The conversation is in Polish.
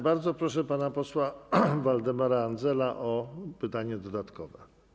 Bardzo proszę pana posła Waldemara Andzela o pytanie dodatkowe.